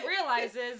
realizes